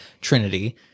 Trinity